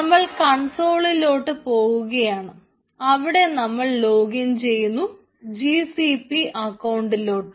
നമ്മൾ കൺസോളിലോട്ട് പോവുകയാണ് അവിടെ നമ്മൾ ലോഗിൻ ചെയ്യുന്നു ജി സി പി അക്കൌണ്ടിലോട്ട്